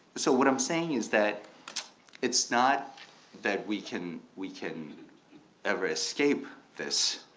so what i'm saying is that it's not that we can we can ever escape this,